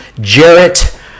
Jarrett